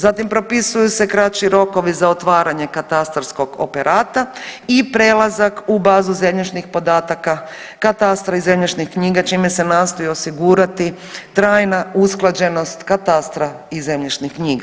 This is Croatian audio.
Zatim propisuju se kraći rokovi za otvaranje katastarskog operata i prelazak u bazu zemljišnih podataka katastra i zemljišnih knjiga čime se nastoji osigurati trajna usklađenost katastra i zemljišnih knjiga.